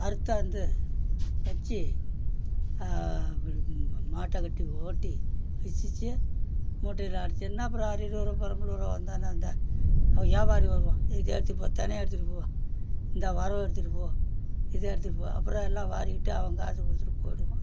அறுத்தாந்து தச்சி விடுக்குனு மா மாட்டக்கட்டி ஓட்டி வெச்சிச்சு மூட்டையில் அடிச்சாந்து அப்புறம் அரியலூர் பெரம்பலூர் வந்தானா இந்த அவன் வியாபாரி வருவான் இதை ஏற்றிப்போ தினை எடுத்துட்டுப்போ இந்தா வரகு எடுத்துப்போ இத எடுத்துட்டுப்போ அப்புறம் எல்லாம் வாரிக்கிட்டு அவன் காசு கொடுத்துட்டு போயிடுவான்